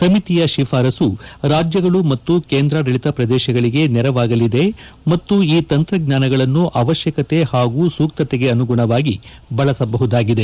ಸಮಿತಿಯ ಶಿಫಾರಸು ರಾಜ್ಯಗಳು ಮತ್ತು ಕೇಂದ್ರಾಡಳಿತ ಪ್ರದೇಶಗಳಿಗೆ ನೆರವಾಗಲಿದೆ ಮತ್ತು ಈ ತಂತ್ರಜ್ಞಾನಗಳನ್ನು ಅವಶ್ಯಕತೆ ಮತ್ತು ಸೂಕ್ತತೆಗೆ ಅನುಗುಣವಾಗಿ ಬಳಸಬಹುದಾಗಿದೆ